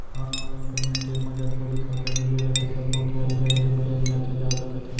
online payment app म जतका भी खाता जुरे रथे सब्बो के अलगे अलगे बेलेंस जांचे जा सकत हे